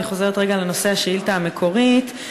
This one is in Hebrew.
אני חוזרת רגע לנושא השאילתה המקורית.